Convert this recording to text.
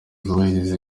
zubahiriza